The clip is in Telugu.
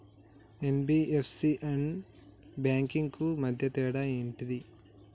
ఎన్.బి.ఎఫ్.సి అండ్ బ్యాంక్స్ కు మధ్య తేడా ఏంటిది?